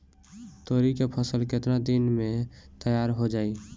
तोरी के फसल केतना दिन में तैयार हो जाई?